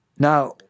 Now